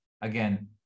again